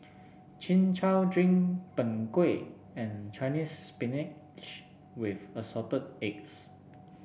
Chin Chow Drink Png Kueh and Chinese Spinach with Assorted Eggs